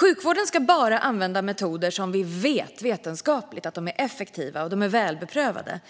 Sjukvården ska bara använda metoder som vi vetenskapligt vet är effektiva och som är välbeprövade.